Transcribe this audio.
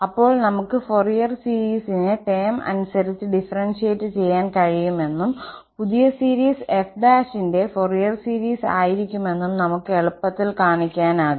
അപ്പോൾ നമുക്ക് ഫൊറിയർ സീരിസിനെ ടേം അനുസരിച്ച് ഡിഫറെൻഷ്യറ്റ് ചെയ്യാൻ കഴിയുമെന്നും പുതിയ സീരീസ് F ന്റെ ഫൊറിയർ സീരീസ് ആയിരിക്കുമെന്നും നമുക്ക് എളുപ്പത്തിൽ കാണിക്കാനാകും